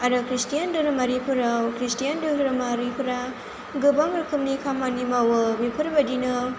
आरो खृष्टियान धोरोमारिफोराव खृष्टियान धोरोमारिफोरा गोबां रोखोमनि खामानि मावो बेफोरबायदिनो